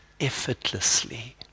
effortlessly